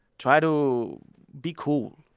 try to be cool,